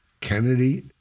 Kennedy